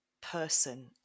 person